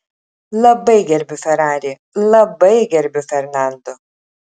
labai gerbiu ferrari labai gerbiu fernando